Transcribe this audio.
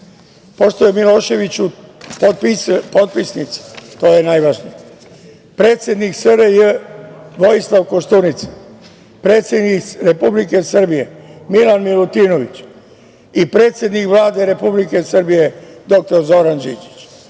je Miloševiću, potpisnici, to je najvažnije, predsednik SRJ Vojislav Koštunica, predsednik Republike Srbije Milan Milutinović i predsednik Vlade Republike Srbije dr Zoran